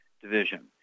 division